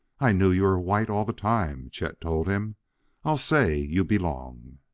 i knew you were white all the time, chet told him i'll say you belong!